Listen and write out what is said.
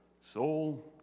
Soul